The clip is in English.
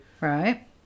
Right